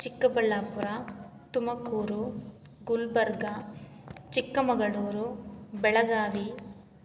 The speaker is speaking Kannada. ಚಿಕ್ಕಬಳ್ಳಾಪುರ ತುಮಕೂರು ಗುಲ್ಬರ್ಗ ಚಿಕ್ಕಮಗಳೂರು ಬೆಳಗಾವಿ